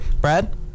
Brad